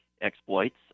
exploits